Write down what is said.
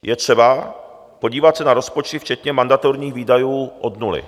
Je třeba podívat se na rozpočty včetně mandatorních výdajů od nuly.